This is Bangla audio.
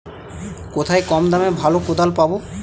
কোথায় কম দামে ভালো কোদাল পাব?